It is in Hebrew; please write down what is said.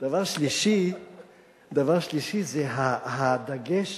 דבר שלישי זה הדגש